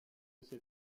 ces